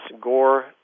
Gore